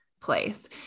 place